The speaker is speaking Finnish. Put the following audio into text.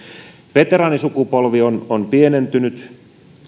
veteraanisukupolvi on on pienentynyt